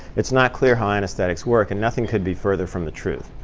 it's not clear how anesthetics work, and nothing could be further from the truth.